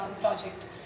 project